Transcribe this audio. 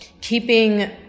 keeping